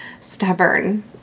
stubborn